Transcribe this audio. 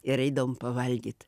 ir eidavom pavalgyt